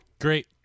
great